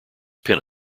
pin